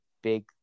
big